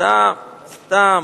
סתם.